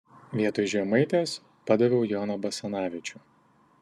vietoj žemaitės padaviau joną basanavičių